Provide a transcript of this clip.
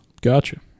Gotcha